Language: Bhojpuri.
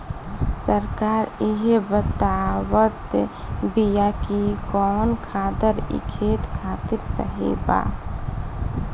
सरकार इहे बतावत बिआ कि कवन खादर ई खेत खातिर सही बा